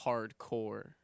Hardcore